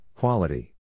quality